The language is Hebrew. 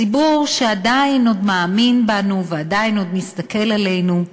הציבור, שעדיין מאמין בנו ועדיין מסתכל עלינו,